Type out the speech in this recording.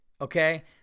okay